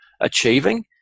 achieving